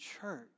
church